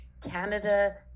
canada